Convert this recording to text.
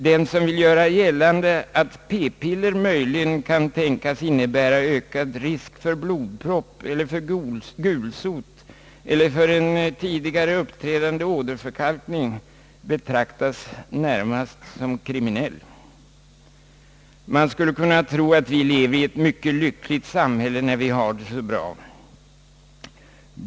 Den som vill göra gällande att p-piller möjligen kan tänkas innebära ökad risk för blodpropp eller gulsot eller tidigare uppträdande åderförkalkning «betraktas närmast som kriminell. Man skulle kunna tro att vi lever i ett mycket lyckligt samhälle, när vi har det så bra.